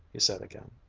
he said again.